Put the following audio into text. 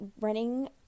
running